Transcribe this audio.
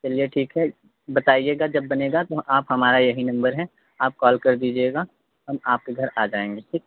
चलिए ठीक है बताइएगा जब बनेगा तो आप हमारा यही नंबर है आप कॉल कर दीजिएगा हम आपके घर आ जाएँगे ठीक